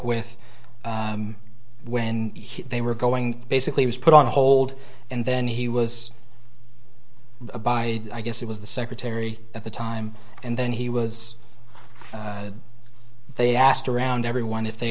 with when they were going basically was put on hold and then he was by i guess it was the secretary at the time and then he was they asked around everyone if they